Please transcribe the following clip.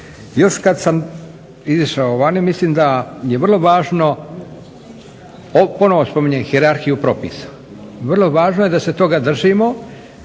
Još kada sam izašao vani mislim da je vrlo važno, ponovno spominjem hijerarhiju propisa. Vrlo je važno da se toga držimo.